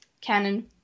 Canon